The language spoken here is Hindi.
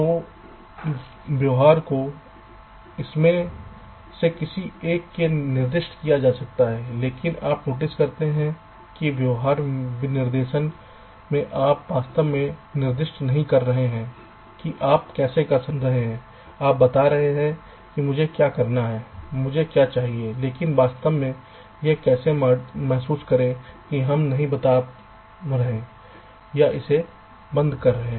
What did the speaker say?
तो व्यवहार को इसमें से किसी एक में निर्दिष्ट किया जा सकता है लेकिन आप नोटिस करते हैं कि व्यवहार विनिर्देश में आप वास्तव में निर्दिष्ट नहीं कर रहे हैं कि आप कैसे कर रहे हैं आप बता रहे हैं कि मुझे क्या करना है मुझे क्या चाहिए लेकिन वास्तव में यह कैसे महसूस करें कि हम नहीं बता रहे हैं या इसे बंद कर रहे हैं